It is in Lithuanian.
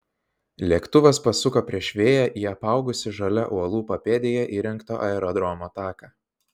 lėktuvas pasuko prieš vėją į apaugusį žole uolų papėdėje įrengto aerodromo taką